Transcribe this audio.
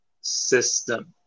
system